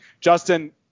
Justin